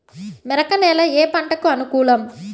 మెరక నేల ఏ పంటకు అనుకూలం?